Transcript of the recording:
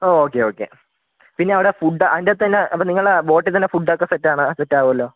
ഓ okay okay പിന്നെ അവിടെ food അതിനകത്തു തന്നെ അപ്പം നിങ്ങൾ ബോട്ടിൽ തന്നെ ഫുഡ് ഒക്കെ സെറ്റാണോ സെറ്റാവുമല്ലോ